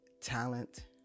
Talent